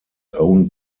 owned